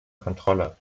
kontrolle